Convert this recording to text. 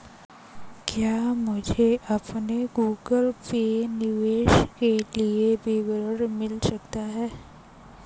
क्या मुझे अपने गूगल पे निवेश के लिए विवरण मिल सकता है?